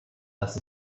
dass